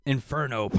Inferno